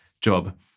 job